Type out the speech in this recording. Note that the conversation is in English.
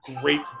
great